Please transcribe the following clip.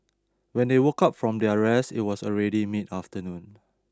when they woke up from their rest it was already mid afternoon